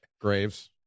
Graves